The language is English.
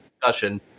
discussion